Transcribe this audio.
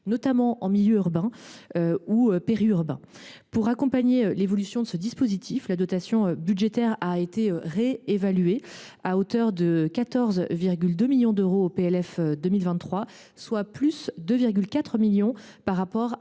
notamment en milieu urbain et périurbain. Pour accompagner l’évolution de ce dispositif, la dotation budgétaire a été réévaluée à hauteur de 14,2 millions d’euros au PLF 2023, soit +2,4 millions par rapport